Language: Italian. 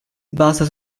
basa